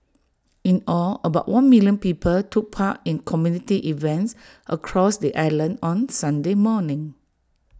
in all about one million people took part in community events across the island on Sunday morning